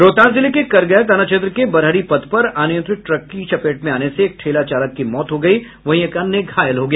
रोहतास जिले के करगहर थाना क्षेत्र के बड़हरी पथ पर अनियंत्रित ट्रक की चपेट में आने से एक ठेला चालक की मौत हो गयी वहीं एक अन्य घायल हो गया